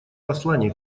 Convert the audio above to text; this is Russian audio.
посланий